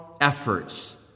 efforts